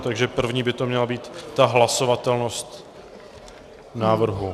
Takže první by to měla být hlasovatelnost návrhu.